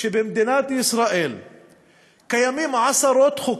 שבמדינת ישראל קיימים עשרות חוקים,